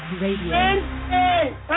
Radio